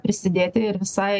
prisidėti ir visai